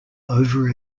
over